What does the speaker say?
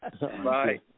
Bye